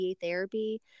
therapy